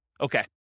Okay